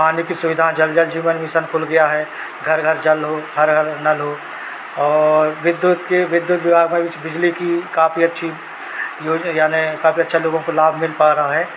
पानी की सुविधा जल जल जीवन मिशन खुल गया है घर घर जल हो हर हर नल हो और विद्युत की विद्युत जो अब इस बिजली का काफ़ी अच्छा यूज़ यानी काफ़ी अच्छा लोगों को लाभ मिल पा रहा है